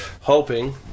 hoping